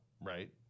right